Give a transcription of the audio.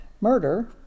murder